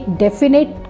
definite